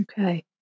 Okay